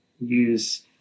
use